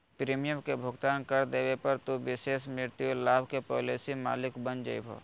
premium के भुगतान कर देवे पर, तू विशेष मृत्यु लाभ के पॉलिसी मालिक बन जैभो